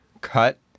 cut